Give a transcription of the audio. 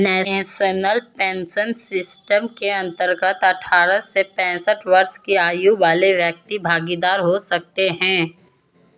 national pension system के अंतर्गत अठारह से पैंसठ वर्ष की आयु वाले व्यक्ति भागीदार हो सकते हैं